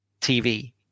tv